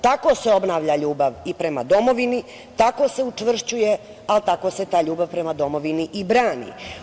Tako se obnavlja ljubav i prema domovini, tako se učvršćuje, ali, tako se ta ljubav prema domovini i brani.